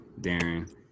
Darren